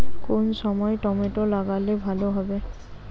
কোন সময় টমেটো লাগালে ভালো হবে?